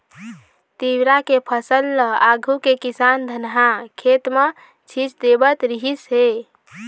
तिंवरा के फसल ल आघु के किसान धनहा खेत म छीच देवत रिहिस हे